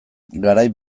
garai